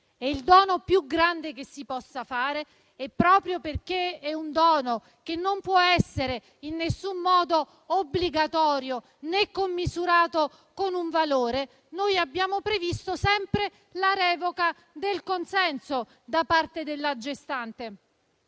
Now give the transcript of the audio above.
È il dono più grande che si possa fare e proprio perché è un dono che non può essere in alcun modo obbligatorio né commisurato con un valore, noi abbiamo previsto sempre la revoca del consenso da parte della gestante.